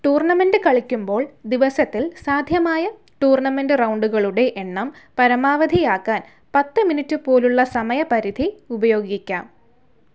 tournament കളിക്കുമ്പോൾ ദിവസത്തിൽ സാധ്യമായ ടൂർണമെന്റ് റൗണ്ടുകളുടെ എണ്ണം പരമാവധിയാക്കാൻ പത്ത് മിനിറ്റ് പോലുള്ള സമയ പരിധി ഉപയോഗിക്കാം